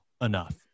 enough